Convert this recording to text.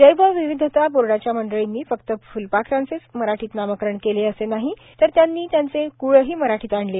जैवविविधता बोर्डाच्या मंडळीनी फक्त फुलपाखराचेच मराठीत नामकरण केले असे नाही तर त्यांनी त्यांचे क्ळही मराठीत आणले